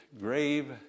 grave